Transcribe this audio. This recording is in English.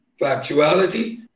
factuality